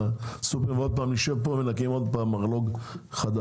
הסופרים ועוד פעם נשב פה ועוד פעם נקים פה מרלו"ג חדש.